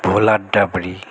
ভোলাড্ডাবড়ি